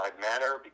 manner